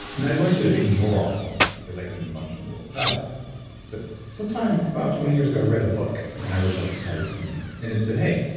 and i'd learned to ignore all that because i couldn't function in the world without it but some time about twenty years ago, i read a book, and i wish i could cite its name, and it said, hey,